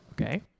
Okay